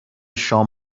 شام